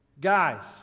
guys